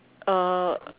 uh